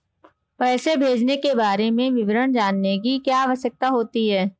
पैसे भेजने के बारे में विवरण जानने की क्या आवश्यकता होती है?